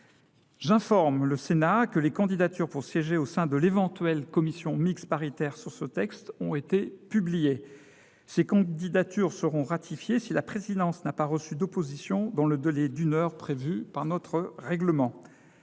J’informe le Sénat que les candidatures pour siéger au sein de l’éventuelle commission mixte paritaire chargée d’élaborer un texte sur ce projet de loi ont été publiées. Ces candidatures seront ratifiées si la présidence n’a pas reçu d’opposition dans le délai d’une heure prévu par notre règlement.